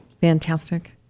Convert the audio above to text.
Fantastic